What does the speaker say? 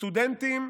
סטודנטים